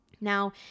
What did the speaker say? Now